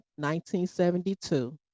1972